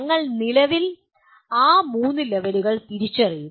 ഞങ്ങൾ നിലവിൽ ആ മൂന്ന് ലെവലുകൾ തിരിച്ചറിയും